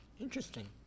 Interesting